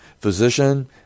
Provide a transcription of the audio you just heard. Physician